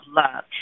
love